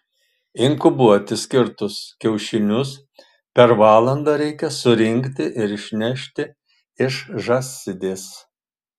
inkubuoti skirtus kiaušinius per valandą reikia surinkti ir išnešti iš žąsidės